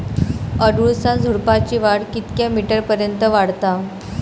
अडुळसा झुडूपाची वाढ कितक्या मीटर पर्यंत वाढता?